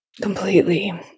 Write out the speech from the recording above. completely